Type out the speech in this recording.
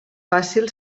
fàcil